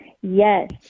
Yes